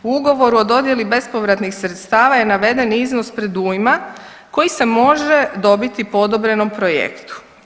U ugovoru o dodjeli bespovratnih sredstava je naveden iznos predujma koji se može dobiti po odobrenom projektu.